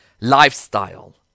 lifestyle